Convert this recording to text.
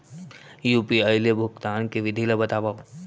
UPI ले भुगतान के विधि ला बतावव